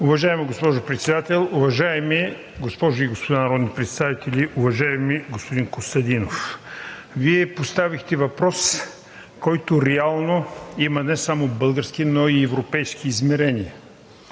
Уважаема госпожо Председател, уважаеми госпожи и господа народни представители! Уважаеми господин Костадинов, Вие поставихте въпрос, който реално има не само български, но европейски измерения.